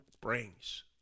brings